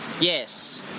Yes